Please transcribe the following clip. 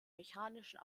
mechanischen